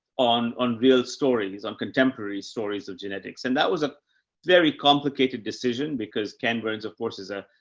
on, on real stories, on contemporary stories of genetics. and that was a very complicated decision because ken burns of course, is, ah,